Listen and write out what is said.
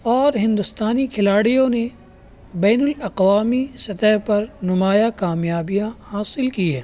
اور ہندوستانی کھلاڑیوں نے بین الاقوامی سطح پر نمایاں کامیابیاں حاصل کی ہیں